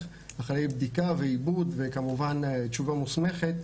אחרי בדיקה ועיבוד וכמובן תשובה מוסמכת